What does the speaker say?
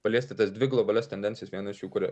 paliesti tas dvi globalias tendencijas vienas jų kurią